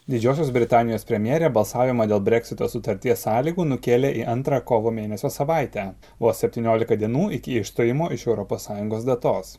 didžiosios britanijos premjerė balsavimą dėl breksito sutarties sąlygų nukėlė į antrą kovo mėnesio savaitę vos septynioliką dienų iki išstojimo iš europos sąjungos datos